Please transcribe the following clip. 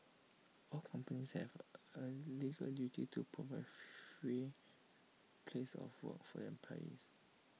all companies have A legal duty to provide A free place of work for their employees